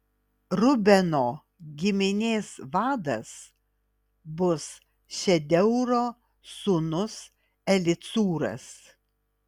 rubeno giminės vadas bus šedeūro sūnus elicūras